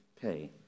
pay